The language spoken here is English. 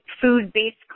food-based